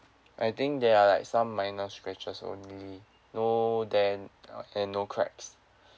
I think there are like some minor scratches only no dent and no cracks